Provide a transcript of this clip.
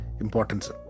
importance